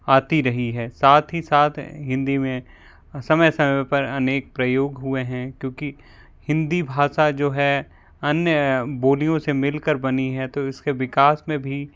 आती रही है साथ ही साथ हिंदी में समय समय पर अनेक प्रयोग हुए हैं क्योंकि हिंदी भाषा जो है अन्य बोलियों से मिलकर बनी है तो इसके विकास में भी